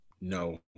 no